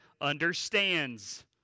understands